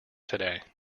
today